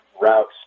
routes